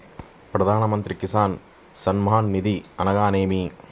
ప్రధాన మంత్రి కిసాన్ సన్మాన్ నిధి అనగా ఏమి?